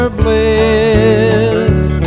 bliss